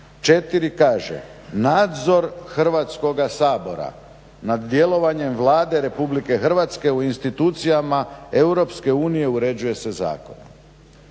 Jer kaže, nadzor Hrvatskog sabora na djelovanjem Vlade Republike Hrvatske u institucijama Europske unije uređuje se zakonom.